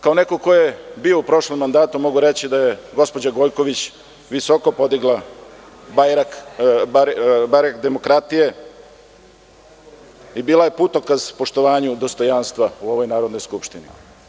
Kao neko ko je bio u prošlom mandatu mogu reći da je gospođa Gojković visoko podigla barjak demokratije i bila je putokaz poštovanju dostojanstva u ovoj Narodnoj skupštini.